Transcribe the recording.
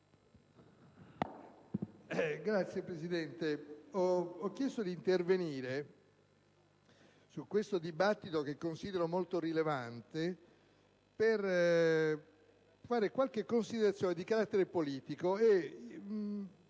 Signora Presidente, ho chiesto di intervenire in questo dibattito che considero molto rilevante, per fare qualche considerazione di carattere politico.